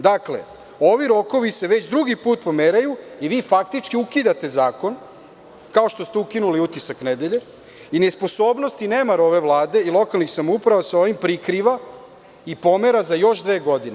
Dakle, ovi rokovi se već drugi put pomeraju i vi faktički ukidate zakon, kao što ste ukinuli „Utisak nedelje“ i nesposobnost i nemar ove Vlade i lokalnih samouprava se ovim prikriva i pomera za još dve godine.